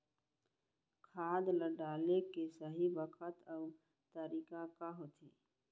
खाद ल डाले के सही बखत अऊ तरीका का होथे?